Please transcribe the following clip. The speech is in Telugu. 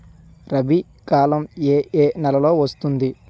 రబీ కాలం ఏ ఏ నెలలో వస్తుంది?